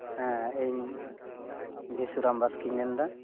ᱦᱮᱸ ᱤᱧ ᱵᱤᱥᱩᱨᱟᱢ ᱵᱟᱥᱠᱮᱧ ᱢᱮᱱ ᱮᱫᱟ